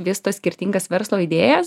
vysto skirtingas verslo idėjas